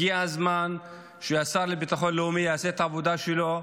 הגיע הזמן שהשר לביטחון לאומי יעשה את העבודה שלו,